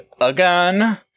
again